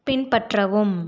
பின்பற்றவும்